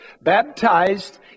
Baptized